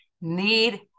need